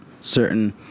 certain